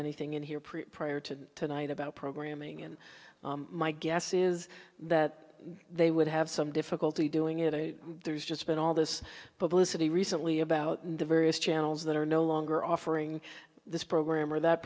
anything in here print prior to the night about programming and my guess is that they would have some difficulty doing it there's just been all this publicity recently about the various channels that are no longer offering this program or that